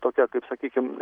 tokią kaip sakykim